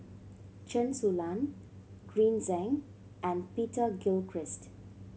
Chen Su Lan Green Zeng and Peter Gilchrist